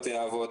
בתי אבות.